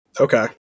Okay